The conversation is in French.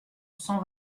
cent